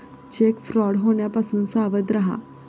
check fraud होण्यापासून सावध रहा